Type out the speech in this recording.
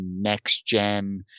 next-gen